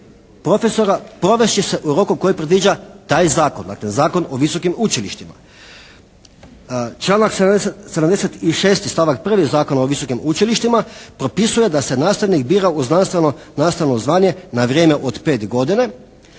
profesora provest će se u roku koji predviđa taj zakon. Dakle, Zakon o visokim učilištima. Članak 76. stavak prvi Zakona o visokim učilištima propisuje da se nastavnik bira u znanstveno-nastavno zvanje na vrijeme od pet godina,